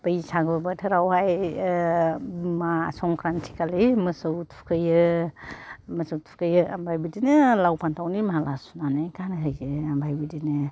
बैसागु बोथोरावहाय मा संख्रान्ति खालि मोसौ थुखैयो ओमफ्राय बिदिनो लाव फानथावनि माला सुनानै गानहोयो ओमफ्राय बिदिनो